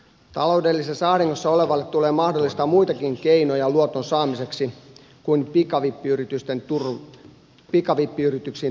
taloudellisessa ahdingossa olevalle tulee mahdollistaa muitakin keinoja luoton saamiseksi kuin pikavippiyrityksiin turvautuminen